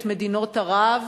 את מדינות ערב,